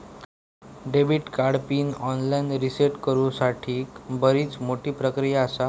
debit card PIN online reset करण्यासाठीक बरीच मोठी प्रक्रिया आसा